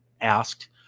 asked